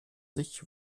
sich